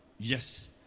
Yes